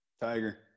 Tiger